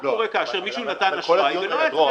מה קרה כאשר מישהו נתן אשראי ולא היה צריך לתת אשראי?